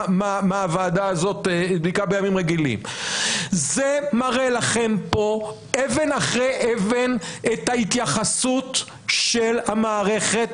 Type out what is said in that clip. זה מראה לכם פה אבן אחרי אבן את ההתייחסות של המערכת,